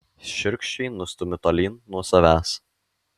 šiurkščiai nustumiu tolyn nuo savęs